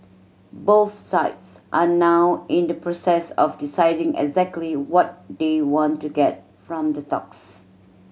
both sides are now in the process of deciding exactly what they want to get from the talks